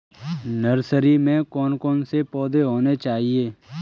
Nursery में कौन कौन से पौधे होने चाहिए?